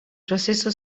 proceso